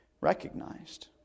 recognized